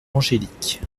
angélique